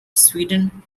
sweden